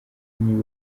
bunini